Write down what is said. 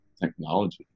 technology